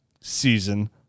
season